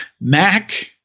Mac